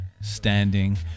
standing